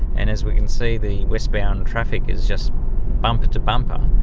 and as we can see the westbound traffic is just bumper to bumper,